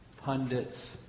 pundits